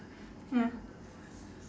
ya